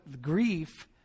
grief